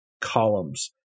columns